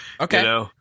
Okay